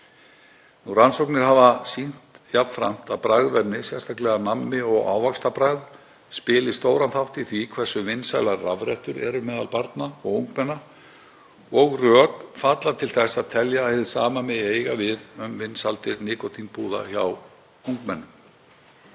Rannsóknir hafa jafnframt sýnt að bragðefni, sérstaklega nammi- og ávaxtabragð, spili stóran þátt í því hversu vinsælar rafrettur eru meðal barna og ungmenna og rök falla til þess að telja megi að hið sama eigi við um vinsældir nikótínpúða hjá ungmennum.